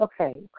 okay